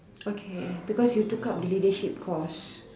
okay because you took up the leadership course